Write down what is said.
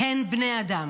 הן בני אדם.